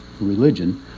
religion